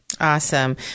awesome